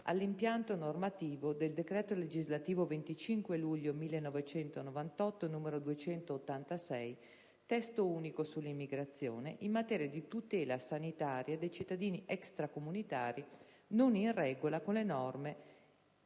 all'impianto normativo del decreto legislativo 25 luglio 1998, n. 286 (Testo unico sull'immigrazione), in materia di tutela sanitaria dei cittadini extracomunitari non in regola con le norme